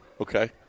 okay